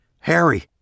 Harry